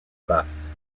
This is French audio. basse